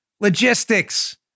logistics